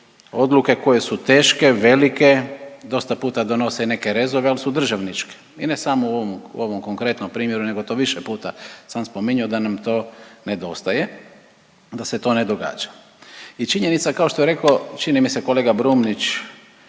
odluke koje su teške, velike. Dosta puta donose i neke rezove ali su državničke i ne samo u ovom, ovom konkretnom primjeru nego to više puta sam spominjao da nam to nedostaje, da se to ne događa. I činjenica kao što je rekao, čini mi se kolega Brumnić,